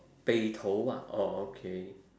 北投 ah orh okay